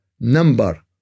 number